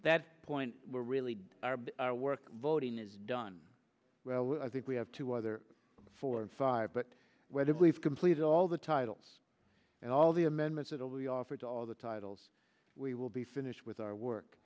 that point were really our work voting is done well i think we have two other four and five but whether we've completed all the titles and all the amendments that will be offered to all the titles we will be finished with our work